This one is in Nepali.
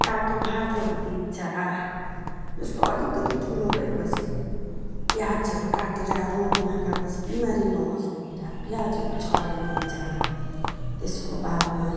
तातो भातहरू दिन्छ जस्तो अलिकति ठुलो भएपछि पियाजहरू काटेर रोग नलागोस् बिमारी नहोस् भनेर पियाजहरू छरिदिन्छ तेसको बादमा